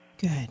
Good